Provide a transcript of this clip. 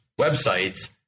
websites